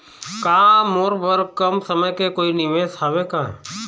का मोर बर कम समय के कोई निवेश हावे का?